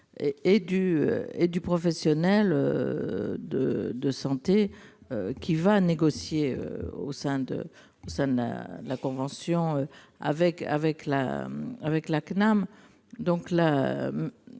et les professionnels de santé qui vont négocier au sein de la convention avec la CNAM.